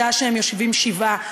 בשעה שהם יושבים שבעה.